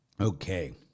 Okay